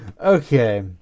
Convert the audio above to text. Okay